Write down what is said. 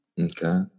okay